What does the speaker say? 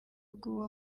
bw’uwo